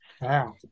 Wow